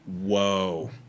Whoa